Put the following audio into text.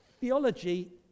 theology